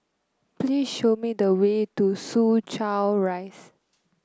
please show me the way to Soo Chow Rise